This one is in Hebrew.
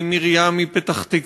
והיא מרים מפתח-תקווה,